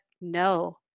no